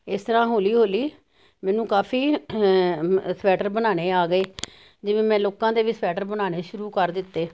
ਇਸ ਤਰ੍ਹਾਂ ਹੌਲੀ ਹੌਲੀ ਮੈਨੂੰ ਕਾਫ਼ੀ ਸਵੈਟਰ ਬਣਾਉਣੇ ਆ ਗਏ ਜਿਵੇਂ ਮੈਂ ਲੋਕਾਂ ਦੇ ਵੀ ਸਵੈਟਰ ਬਣਾਉਣੇ ਸ਼ੁਰੂ ਕਰ ਦਿੱਤੇ